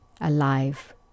alive